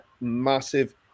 massive